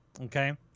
okay